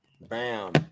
Bam